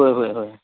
होय होय होय